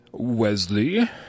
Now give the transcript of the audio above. Wesley